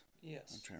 Yes